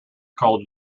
called